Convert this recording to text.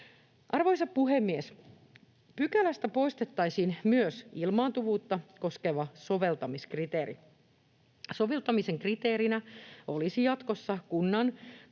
Arvoisa puhemies! Pykälästä poistettaisiin myös ilmaantuvuutta koskeva soveltamiskriteeri. Soveltamisen kriteerinä olisivat jatkossa kunnan tai